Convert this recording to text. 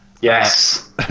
Yes